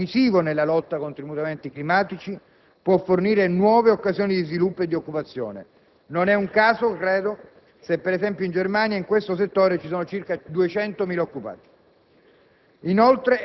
che, oltre ad essere decisivo nella lotta contro i mutamenti climatici, può fornire nuove occasioni di sviluppo e di occupazione. Credo non sia un caso se, per esempio, in Germania in questo settore ci sono circa 200.000 occupati.